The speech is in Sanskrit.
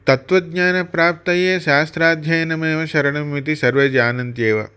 तत्त्वज्ञानप्राप्तये शास्त्राध्ययनमेव शरणम् इति सर्वे जानन्ति एव